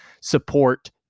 support